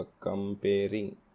comparing